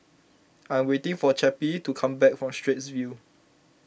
I am waiting for Cappie to come back from Straits View